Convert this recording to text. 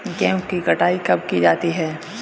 गेहूँ की कटाई कब की जाती है?